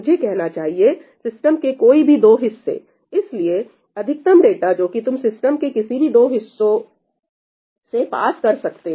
मुझे कहना चाहिए सिस्टम के कोई भी दो हिस्से इसलिए अधिकतम डेटा जो कि तुम सिस्टम के किसी भी दो हिस्सों से पास कर सकते हो